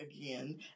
again